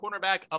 cornerback